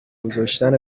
گذاشتن